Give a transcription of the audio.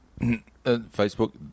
Facebook